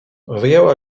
wyjęła